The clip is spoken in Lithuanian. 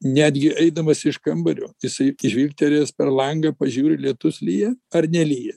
netgi eidamas iš kambario jisai žvilgtelėjęs per langą pažiūri lietus lyja ar nelyja